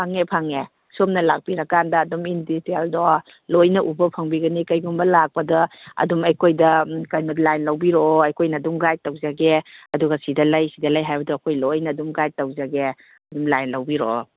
ꯐꯪꯉꯦ ꯐꯪꯉꯦ ꯁꯣꯝꯅ ꯂꯥꯛꯄꯤꯔꯀꯥꯟꯗ ꯑꯗꯨꯝ ꯏꯟ ꯗꯤꯇꯦꯜꯗꯣ ꯂꯣꯏꯅ ꯎꯕ ꯐꯪꯕꯤꯒꯅꯤ ꯀꯩꯒꯨꯝꯕ ꯂꯥꯛꯄꯗ ꯑꯗꯨꯝ ꯑꯩꯈꯣꯏꯗ ꯀꯩꯅꯣ ꯂꯥꯏꯟ ꯂꯧꯕꯤꯔꯀꯑꯣ ꯑꯩꯈꯣꯏꯅ ꯑꯗꯨꯝ ꯒꯥꯏꯗ ꯇꯧꯖꯒꯦ ꯑꯗꯨꯒ ꯁꯤꯗ ꯂꯩ ꯁꯤꯗ ꯂꯩ ꯍꯥꯏꯕꯗꯨ ꯑꯩꯈꯣꯏ ꯂꯣꯏꯅ ꯑꯗꯨꯝ ꯒꯥꯏꯗ ꯇꯧꯖꯒꯦ ꯑꯗꯨꯝ ꯂꯥꯏꯟ ꯂꯧꯕꯤꯔꯀꯑꯣ